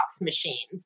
machines